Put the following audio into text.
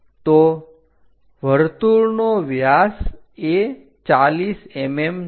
તો વર્તુળનો વ્યાસ એ 40 mm છે